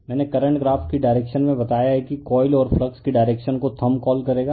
मैंने current graph की direction में बताया हैं कि कॉइल और फ्लक्स की डायरेक्शन को थंब कॉल करेगा